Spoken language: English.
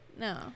No